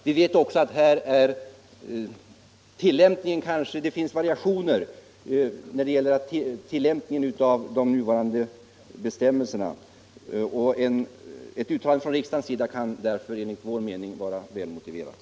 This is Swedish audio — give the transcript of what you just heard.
Vi vet också att det finns variationer i tillämpningen av de nuvarande bestämmelserna. Ett uttalande från riksdagens sida kan därför enligt vår mening vara väl motiverat.